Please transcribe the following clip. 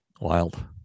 Wild